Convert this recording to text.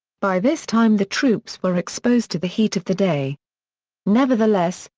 by this time the troops were exposed to the heat of the day nevertheless,